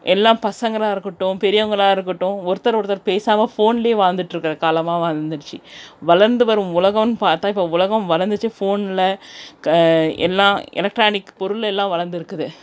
எல்லாம் பசங்களாக இருக்கட்டும் பெரியவங்களாக இருக்கட்டும் ஒருத்தர் ஒருத்தர் பேசாமல் ஃபோனிலே வாழ்ந்துகிட்ருக்குற காலமாக வந்துடுச்சு வளர்ந்து வரும் உலகம்னு பார்த்தா இப்போ உலகம் வளர்ந்துட்டு ஃபோனில் எல்லாம் எலக்ட்ரானிக் பொருளெல்லாம் வளர்ந்துருக்குது